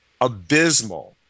abysmal